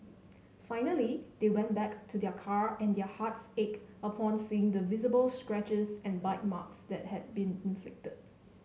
finally they went back to their car and their hearts ached upon seeing the visible scratches and bite marks that had been inflicted